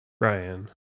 Ryan